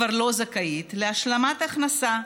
כבר לא זכאית להשלמת הכנסה.